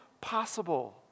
possible